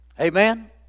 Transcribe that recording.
Amen